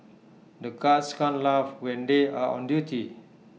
the guards can't laugh when they are on duty